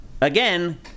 again